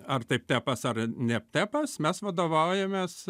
ar tai pepas ar ne pepas mes vadovaujamės